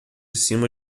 cima